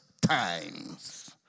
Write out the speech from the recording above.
times